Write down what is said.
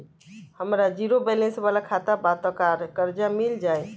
हमार zero balance वाला खाता बा त कर्जा मिल जायी?